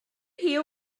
hear